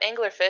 anglerfish